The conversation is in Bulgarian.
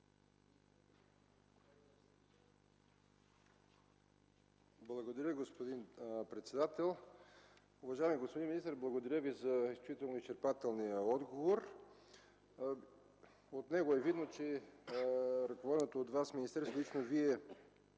Благодаря, господин председател. Уважаеми господин министър! Благодаря Ви за изключително изчерпателния отговор. От него е видно, че ръководеното от Вас министерство и лично Вие